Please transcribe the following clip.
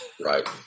Right